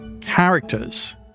Characters